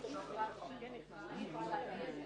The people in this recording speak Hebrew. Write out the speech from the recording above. של ניואנסים,